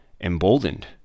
emboldened